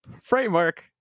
Framework